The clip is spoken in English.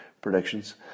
predictions